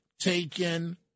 taken